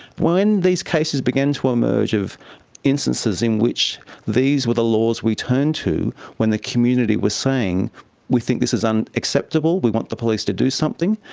when these cases began to emerge of instances in which these were the laws we turn to when the community was saying we think this is unacceptable, we want the police to do something'.